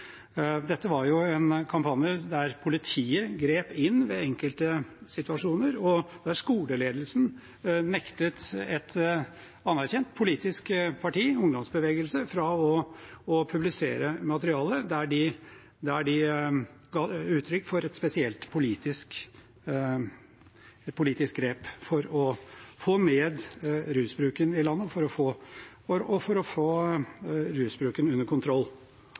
var en kampanje der politiet grep inn ved enkelte situasjoner, og der skoleledelsen nektet et anerkjent politisk parti, en ungdomsbevegelse, å publisere materiale der de ga uttrykk for et spesielt politisk grep for å få ned rusbruken i landet og få